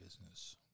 business